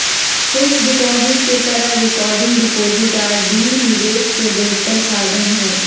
fixed deposit के तरह recurring deposit RD निवेश के बेहतर साधन हइ